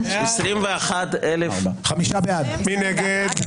מי נגד?